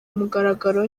mugaragaro